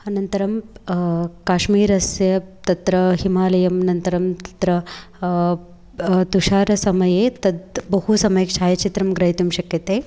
अनन्तरं काश्मीरस्य तत्र हिमालयं अनन्तरं तस्य तुषारसमये तत् बहु सम्यक् छायाचित्रं ग्रहीतुं शक्यते